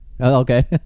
Okay